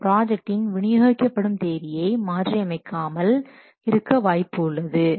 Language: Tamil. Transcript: இது ப்ராஜெக்டின் வினியோகிக்கப்படும் தேதியை மாற்றி அமைக்காமல் இருக்க வாய்ப்புள்ளது